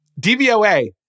DVOA